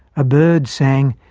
a bird sang,